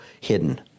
hidden